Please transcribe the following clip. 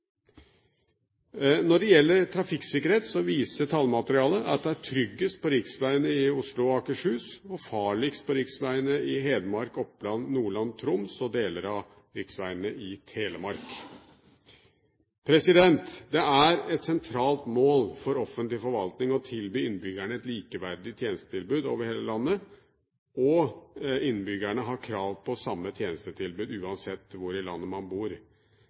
Når det gjelder trafikksikkerhet, viser tallmaterialet at det er tryggest på riksveiene i Oslo og Akershus og farligst på riksvegene i Hedmark, Oppland, Nordland, Troms og deler av riksveiene i Telemark. Det er et sentralt mål for offentlig forvaltning å tilby innbyggerne et likeverdig tjenestetilbud over hele landet, og innbyggerne har krav på samme tjenestetilbud uansett hvor i landet man bor.